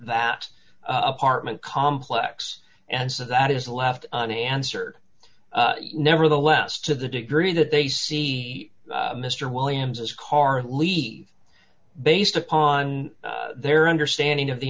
that apartment complex and so that is left unanswered nevertheless to the degree that they see mister williams as car leave based upon their understanding of the